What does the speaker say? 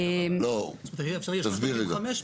לא, תסביר רגע.